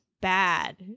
Bad